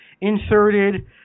inserted